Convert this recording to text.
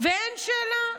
ואין שאלה.